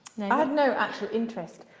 i had no actual interest